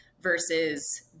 versus